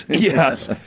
Yes